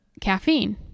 caffeine